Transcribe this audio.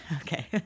okay